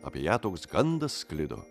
apie ją toks gandas sklido